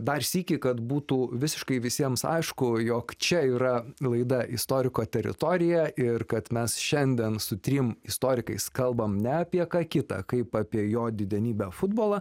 dar sykį kad būtų visiškai visiems aišku jog čia yra laida istoriko teritorija ir kad mes šiandien su trim istorikais kalbame ne apie ką kita kaip apie jo didenybę futbolą